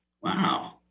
Wow